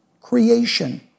creation